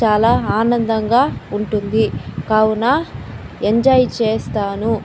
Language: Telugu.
చాలా ఆనందంగా ఉంటుంది కావున ఎంజాయ్ చేస్తాను